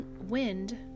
wind